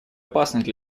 опасность